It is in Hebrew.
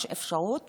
יש אפשרות